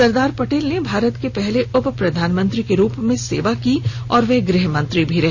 सरदार पटेल ने भारत के पहले उपप्रधानमंत्री के रूप में सेवा की और वे गृहमंत्री भी रहे